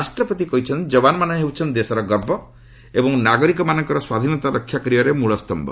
ରାଷ୍ଟ୍ରପତି କହିଛନ୍ତି କବାନମାନେ ହେଉଛନ୍ତି ଦେଶର ଗର୍ବ ଏବଂ ନାଗରିକମାନଙ୍କର ସ୍ୱାଧୀନତା ରକ୍ଷା କରିବାରେ ମୃଳ୍ୟନ୍ତ